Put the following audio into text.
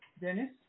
Dennis